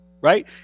right